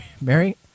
Mary